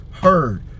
heard